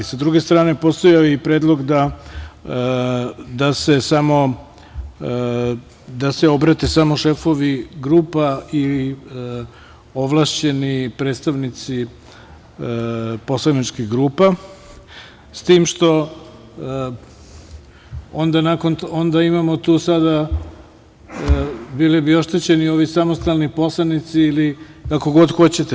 S druge strane, postojao je i predlog da se obrate samo šefovi grupa i ovlašćeni predstavnici poslaničkih grupa, s tim što tu sada imamo, bili bi oštećeni ovi samostalni poslanici, ili kako god hoćete.